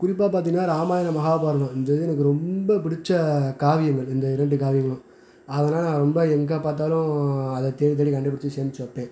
குறிப்பாக பார்த்தீங்கனா ராமாயணம் மகாபாரதம் வந்து எனக்கு ரொம்ப பிடிச்ச காவியங்கள் இந்த இரண்டு காவியங்களும் அதனாலே நான் ரொம்ப எங்கே பார்த்தாலும் அதை தேடித்தேடி கண்டுப்புடிச்சு சேமிச்சு வைப்பேன்